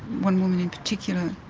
one woman in particular